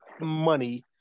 money